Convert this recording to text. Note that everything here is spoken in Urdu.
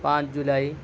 پانچ جولائی